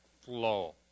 flow